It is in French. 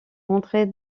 entrée